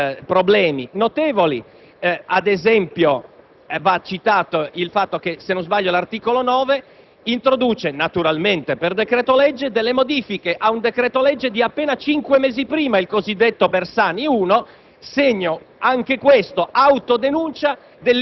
L'intero provvedimento presenta problemi notevoli. Ad esempio, va citato il fatto che l'articolo 9 introduce, naturalmente per decreto-legge, modifiche ad un decreto-legge di appena cinque mesi prima, il cosiddetto Bersani 1,